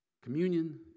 Communion